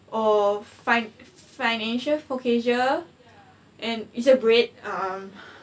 or fin~ financier focaccia and it's a great um